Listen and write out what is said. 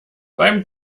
beim